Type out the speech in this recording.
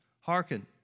Hearken